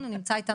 והוא בעד להתקדם.